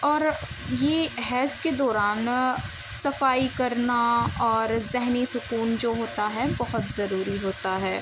اور یہ حیض کے دوران صفائی کرنا اور ذہنی سکون جو ہوتا ہے بہت ضروری ہوتا ہے